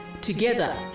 together